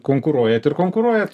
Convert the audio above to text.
konkuruojat ir konkuruojat